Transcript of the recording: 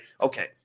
Okay